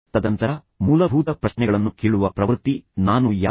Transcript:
ತದನಂತರ ಮೂಲಭೂತ ಪ್ರಶ್ನೆಗಳನ್ನು ಕೇಳುವ ಪ್ರವೃತ್ತಿ ನಾನು ಯಾರು